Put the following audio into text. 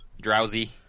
Drowsy